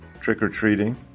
trick-or-treating